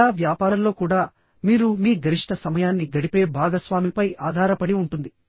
లేదా వ్యాపారంలో కూడా మీరు మీ గరిష్ట సమయాన్ని గడిపే భాగస్వామిపై ఆధారపడి ఉంటుంది